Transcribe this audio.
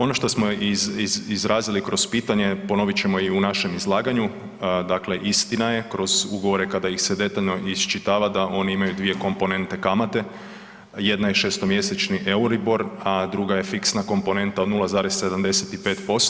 Ono što smo izrazili kroz pitanje, ponovit ćemo i u našem izlaganju, dakle istina je, kroz ugovore kada ih se detaljno iščitava, da oni imaju dvije komponente kamate, jedna je 6-mjesečni Euribor, a druga je fiksna komponenta od 0,75%